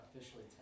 Officially